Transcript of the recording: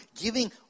giving